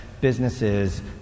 businesses